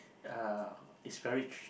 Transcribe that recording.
uh it's very